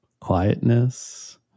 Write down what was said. quietness